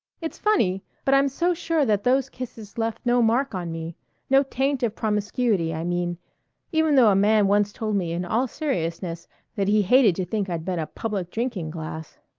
it's funny, but i'm so sure that those kisses left no mark on me no taint of promiscuity, i mean even though a man once told me in all seriousness that he hated to think i'd been a public drinking glass.